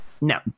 No